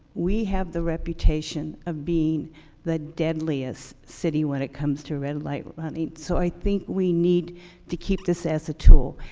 we have the reputation of being the deadliest city when it comes to red light running. so i think we need to keep this as a tool.